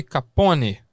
Capone